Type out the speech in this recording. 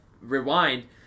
rewind